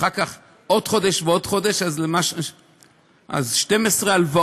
ואחר כך עוד חודש ועוד חודש, אז אתה נותן